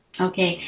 Okay